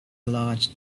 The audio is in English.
large